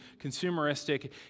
consumeristic